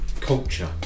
culture